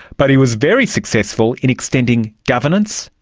but he was very successful in extending governance,